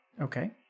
Okay